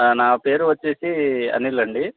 నా పేరు వచ్చేసి అనిల్ అండి